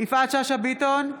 יפעת שאשא ביטון,